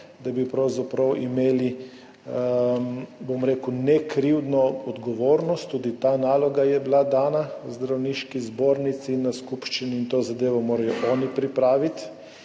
bom rekel, nekrivdno odgovornost. Tudi ta naloga je bila dana Zdravniški zbornici na skupščini in to zadevo morajo oni pripraviti.